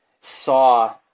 saw